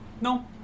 No